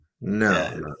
No